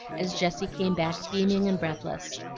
as jessie came back beaming and breathless.